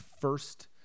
first